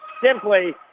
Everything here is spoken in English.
simply